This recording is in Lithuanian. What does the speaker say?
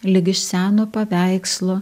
lig iš seno paveikslo